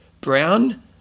Brown